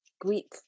Greek